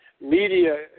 media